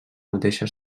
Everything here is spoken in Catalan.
mateixa